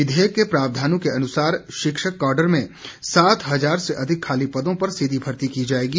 विधेयक के प्रावधानों के अनुसार शिक्षक काडर में सात हजार से अधिक खाली पदों पर सीधी भर्ती की जाएगी